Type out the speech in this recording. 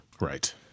Right